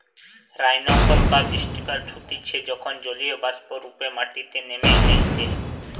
rainfall বা বৃষ্টিপাত হতিছে যখন জলীয়বাষ্প রূপে মাটিতে নেমে আইসে